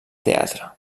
teatre